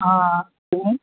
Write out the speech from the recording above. অঁ